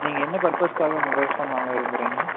நீங்கள் என்ன பர்பஸுக்காக மொபைல் ஃபோன் வாங்க விரும்புகிறீங்க